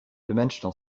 dimensional